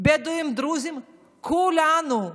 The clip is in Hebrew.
בדואים, דרוזים, כולנו.